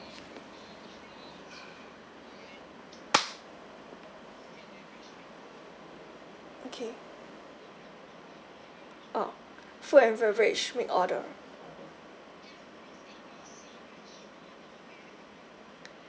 okay orh food and beverage make order